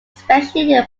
especially